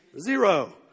Zero